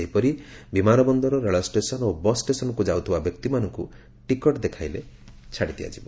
ସେହିପରି ବିମାନବନ୍ଦର ରେଳଷ୍ଟେସନ ଓ ବସ୍ ଷ୍ଟେସନକୁ ଯାଉଥିବା ବ୍ୟକ୍ତିମାନଙ୍କୁ ଟିକଟ ଦେଖାଇଲେ ଛାଡି ଦିଆଯିବ